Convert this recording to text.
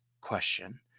question